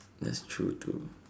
that's true too